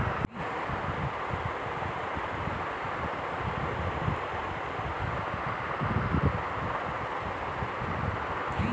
घोघा, डोका आ स्नेल सनक छोट जीब सब फसल केँ नोकसान करय छै